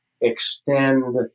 extend